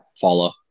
follow